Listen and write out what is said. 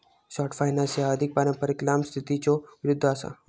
short finance ह्या अधिक पारंपारिक लांब स्थितीच्यो विरुद्ध असा